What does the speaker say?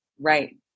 Right